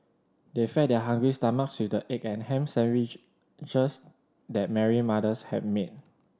they fed their hungry stomachs with the egg and ham sandwiches that Mary mothers have made